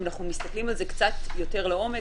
אם אנחנו מסתכלים על זה קצת יותר לעומק,